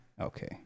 Okay